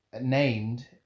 named